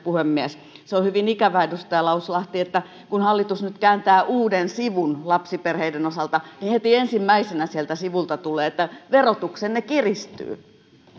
se on hyvin ikävää edustaja lauslahti että kun hallitus nyt kääntää uuden sivun lapsiperheiden osalta niin heti ensimmäisenä sieltä sivulta tulee että verotuksenne kiristyy